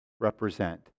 represent